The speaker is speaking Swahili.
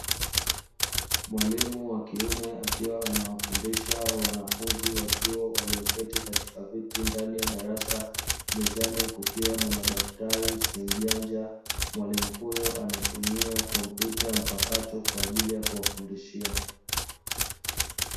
Mwalimu wa kiume akiwa anawafundisha wanafunzi wa chuo walioketi katika viti ndani ya darasa, mezani kukiwa na daftari, simu janja; mwalimu huyo anatumia kompyuta mpakato kwa ajili ya kuwafundishia.